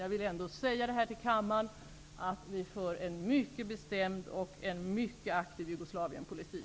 Jag vill ändock säga till kammarens ledamöter att vi för en mycket bestämd och aktiv Jugoslavienpolitik.